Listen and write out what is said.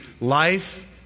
Life